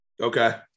Okay